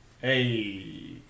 Hey